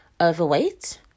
overweight